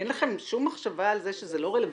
אין לכם שום מחשבה על זה שזה לא רלוונטי